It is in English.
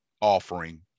offering